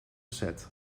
set